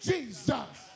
Jesus